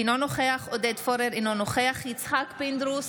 אינו נוכח עודד פורר, אינו נוכח יצחק פינדרוס,